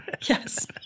Yes